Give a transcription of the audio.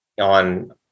on